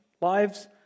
lives